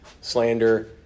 slander